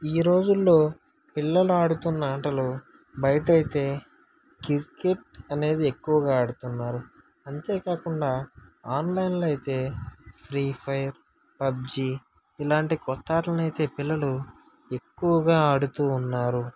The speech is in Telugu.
ఈరోజుల్లో పిల్లలు ఆడుతున్న ఆటలు బయటయితే క్రికెట్ అనేది ఎక్కువగా ఆడుతున్నారు అంతేకాకుండా ఆన్లైన్లో అయితే ఫ్రీఫైర్ పబ్జి ఇలాంటి కొత్త ఆటలను అయితే పిల్లలు ఎక్కువగా ఆడుతూ ఉన్నారు